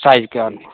size के अनुमान